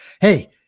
hey